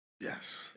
Yes